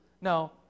No